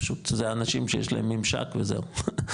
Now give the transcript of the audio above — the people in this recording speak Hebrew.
זה אנשים שיש להם ממשק וזהו,